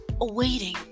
awaiting